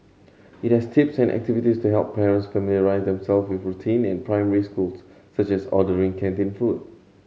it has tips and activities to help parents familiarise themselves with routine in primary schools such as ordering canteen food